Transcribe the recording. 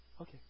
Okay